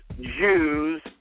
Jews